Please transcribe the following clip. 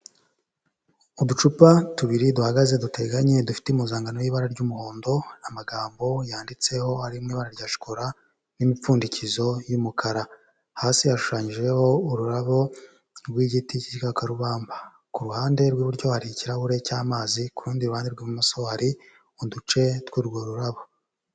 Uducupa tubiri duhagaze duteganye dufite impuzankano y'ibara ry'umuhondo. Amagambo yanditseho ari mu ibara rya shokora n'imipfundikizo y'umukara. Hasi hashushanyijeho ururabo rw'igiti cy'igikakarubamba. Ku ruhande rw'iburyo hari ikirahure cy'amazi. Ku rundi ruhande rw'ibumoso hari uduce tw'urwo rurabo.